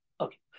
Okay